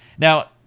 Now